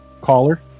caller